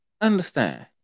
understand